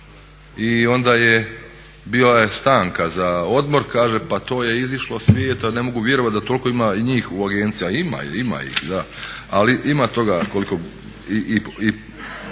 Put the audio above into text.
i onda je bila stanka za odmor, kaže pa to je izišlo svijeta ne mogu vjerovati da toliko ima njih u agenciji, a ima ih, ali imat toga.